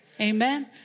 Amen